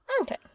Okay